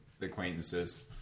Acquaintances